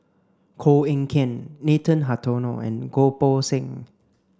Koh Eng Kian Nathan Hartono and Goh Poh Seng